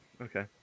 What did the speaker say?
okay